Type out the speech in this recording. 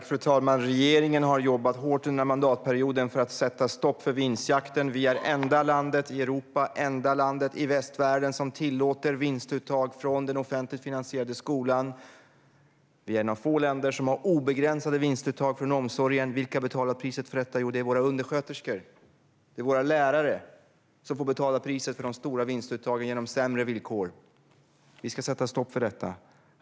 Fru talman! Regeringen har jobbat hårt under den här mandatperioden för att sätta stopp för vinstjakten. Vi är det enda landet i Europa och västvärlden som tillåter vinstuttag från den offentligt finansierade skolan. Vi är ett av de få länder som har obegränsade vinstuttag från omsorgen. Vilka betalar priset för detta? Jo, det är våra undersköterskor och våra lärare som får betala priset för de stora vinstuttagen genom sämre villkor. Vi ska sätta stopp för detta.